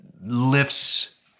lifts